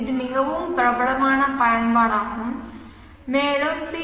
இது மிகவும் பிரபலமான பயன்பாடாகும் மேலும் பி